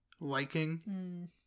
liking